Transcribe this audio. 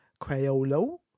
Crayola